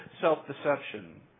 self-deception